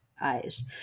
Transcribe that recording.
eyes